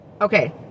Okay